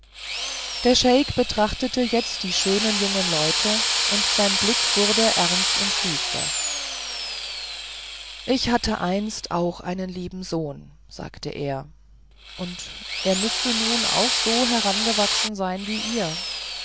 der scheik betrachtete jetzt die schönen jungen leute und sein blick wurde ernst und düster ich hatte einst auch einen lieben sohn sagte er und er müßte nun auch so herangewachsen sein wie ihr